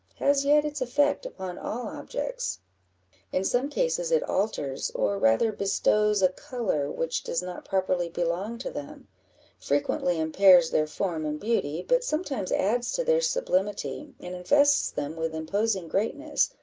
has yet its effect upon all objects in some cases it alters, or rather bestows, a colour which does not properly belong to them frequently impairs their form and beauty, but sometimes adds to their sublimity, and invests them with imposing greatness,